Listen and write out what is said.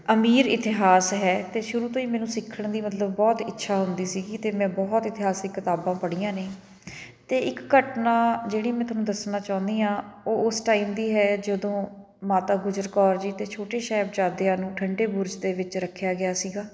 ਅਮੀਰ ਇਤਿਹਾਸ ਹੈ ਅਤੇ ਸ਼ੁਰੂ ਤੋਂ ਹੀ ਮੈਨੂੰ ਸਿੱਖਣ ਦੀ ਮਤਲਬ ਬਹੁਤ ਇੱਛਾ ਹੁੰਦੀ ਸੀਗੀ ਅਤੇ ਮੈਂ ਬਹੁਤ ਇਤਿਹਾਸਿਕ ਕਿਤਾਬਾਂ ਪੜ੍ਹੀਆਂ ਨੇ ਅਤੇ ਇੱਕ ਘਟਨਾ ਜਿਹੜੀ ਮੈਂ ਤੁਹਾਨੂੰ ਦੱਸਣਾ ਚਾਹੁੰਦੀ ਹਾਂ ਉਹ ਉਸ ਟਾਈਮ ਦੀ ਹੈ ਜਦੋਂ ਮਾਤਾ ਗੁਜਰ ਕੌਰ ਜੀ ਅਤੇ ਛੋਟੇ ਸਾਹਿਬਜ਼ਾਦਿਆਂ ਨੂੰ ਠੰਡੇ ਬੁਰਜ ਦੇ ਵਿੱਚ ਰੱਖਿਆ ਗਿਆ ਸੀਗਾ